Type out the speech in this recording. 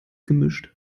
gemischt